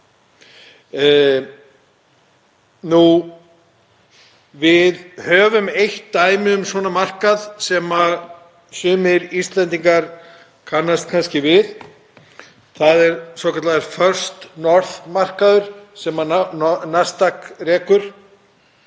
Við höfum eitt dæmi um svona markað sem sumir Íslendingar kannast kannski við. Það er svokallaður First North-markaður sem Nasdaq rekur.